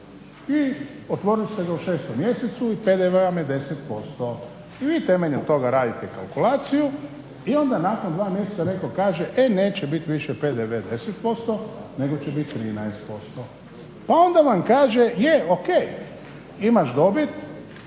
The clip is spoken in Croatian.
I otvorili ste ga u 6 mjesecu i PDV vam je 10%. I vi temeljem toga radite kalkulaciju i onda nakon 2 mjeseca netko kaže e neće biti više PDV 10%, nego će biti 13%. Pa onda vam kaže je o.k. imaš dobit,